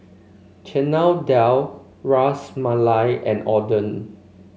Chana Dal Ras Malai and Oden